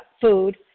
food